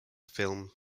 film